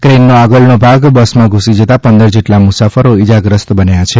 ક્રેઇનનો આગળનો ભાગ બસમાં ધૂસી જતા પંદર જેટલા મુસાફરો ઇજાગ્રસ્ત બન્યા છે